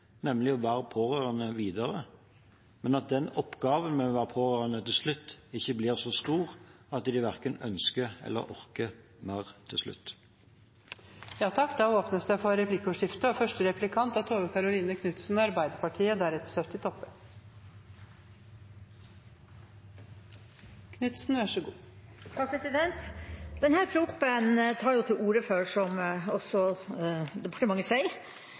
nemlig å være pårørende videre, men uten at oppgaven med å være pårørende til slutt blir så stor at de verken ønsker eller orker mer. Det blir replikkordskifte. Denne proposisjonen tar til orde for, som også departementet sier, å styrke pliktbestemmelsene i helse- og omsorgstjenesteloven for kommunene med tanke på å tilby hjelp, støtte og avlastning til pårørende som